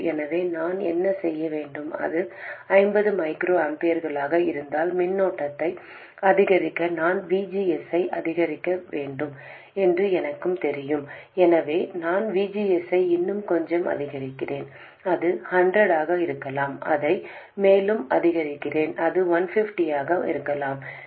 எனவே நான் என்ன செய்ய வேண்டும் அது 50 மைக்ரோஆம்பியர்களாக இருந்தால் மின்னோட்டத்தை அதிகரிக்க நான் V G S ஐ அதிகரிக்க வேண்டும் என்று எனக்குத் தெரியும் எனவே நான் V G S ஐ இன்னும் கொஞ்சம் அதிகரிக்கிறேன் அது 100 ஆக இருக்கலாம் அதை மேலும் அதிகரிக்கிறேன் அது 150 ஆகவும் இருக்கும்